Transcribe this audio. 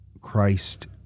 christ